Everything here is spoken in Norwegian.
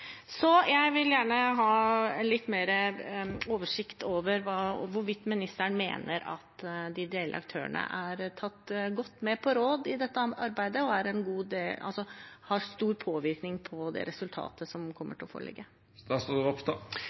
Jeg vil gjerne ha litt mer oversikt over hvorvidt ministeren mener at de ideelle aktørene er tatt godt med på råd i dette arbeidet, og om de har stor påvirkning på det resultatet som kommer til å